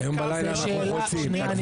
האם זה מה שהביא למצב שאנשים